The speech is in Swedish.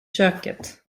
köket